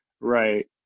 Right